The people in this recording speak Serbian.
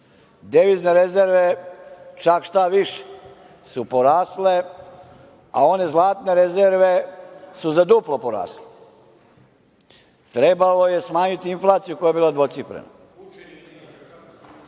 Devizne rezerve, šta više, su porasle, a one zlatne rezerve su za duplo porasle. Trebalo je smanjiti inflaciju koja je bila dvocifrena